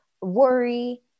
worry